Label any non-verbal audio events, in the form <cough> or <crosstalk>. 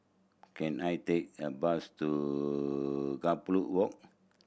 can I take a bus to <unintelligible> Walk